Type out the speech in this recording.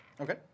Okay